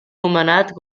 nomenat